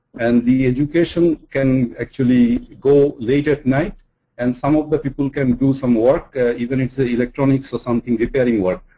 and the education can actually go late at night and some of the people can do some work even it's the electronics or something repairing work.